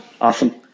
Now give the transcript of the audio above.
awesome